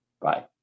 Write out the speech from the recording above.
Bye